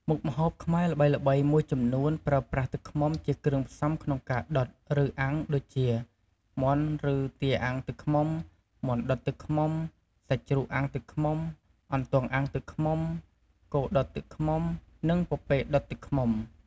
មុខម្ហូបខ្មែរល្បីៗមួយចំនួនប្រើប្រាស់ទឹកឃ្មុំជាគ្រឿងផ្សំក្នុងការដុតឬអាំងដូចជា មាន់ឬទាអាំងទឹកឃ្មុំ មាន់ដុតទឹកឃ្មុំ សាច់ជ្រូកអាំងទឹកឃ្មុំ អន្ទង់អាំងទឹកឃ្មុំ គោដុតទឹកឃ្មុំ និងពពែដុតទឹកឃ្មុំ។